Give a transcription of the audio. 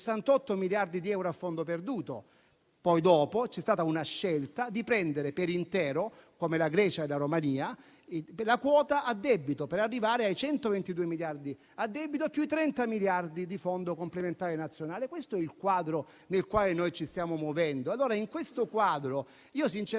68 miliardi di euro a fondo perduto. Poi, dopo, c'è stata la scelta di prendere per intero, come la Grecia e la Romania, la quota a debito, per arrivare ai 122 miliardi di euro a debito, più i 30 miliardi di euro di Fondo complementare nazionale. Questo è il quadro nel quale ci stiamo muovendo e in questo quadro sinceramente